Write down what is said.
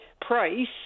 price